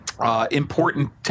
Important